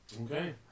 Okay